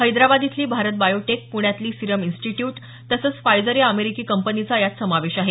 हैदराबाद इथली भारत बायोटेक प्रण्यातली Serum Institute तसंच फायजर या अमेरिकी कंपनीचा यात समावेश आहे